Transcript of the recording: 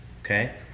okay